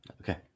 Okay